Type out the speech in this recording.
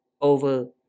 over